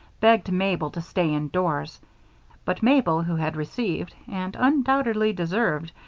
begged mabel to stay indoors but mabel, who had received, and undoubtedly deserved,